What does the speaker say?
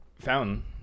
Fountain